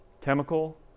chemical